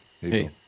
Hey